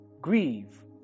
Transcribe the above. grieve